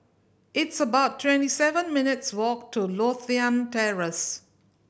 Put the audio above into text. it's about twenty seven minutes' walk to Lothian Terrace